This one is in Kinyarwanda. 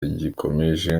rigikomeje